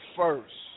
first